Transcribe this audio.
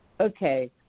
okay